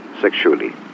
sexually